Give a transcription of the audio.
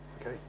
Okay